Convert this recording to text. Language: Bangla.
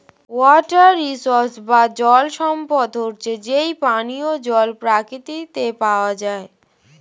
ওয়াটার রিসোর্স বা জল সম্পদ হচ্ছে যেই পানিও জল প্রকৃতিতে পাওয়া যায়